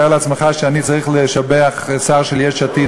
תאר לעצמך שאני צריך לשבח שר של יש עתיד